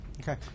Okay